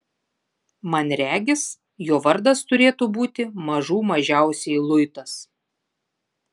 man regis jo vardas turėtų būti mažų mažiausiai luitas